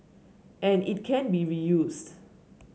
and it can be reused